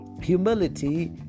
Humility